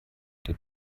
der